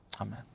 amen